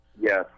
Yes